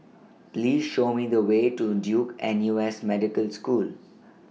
Please Show Me The Way to Duke N U S Medical School